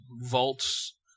vaults